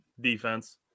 defense